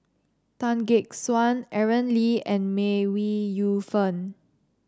Tan Gek Suan Aaron Lee and May Wee Yu Fen